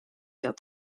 dat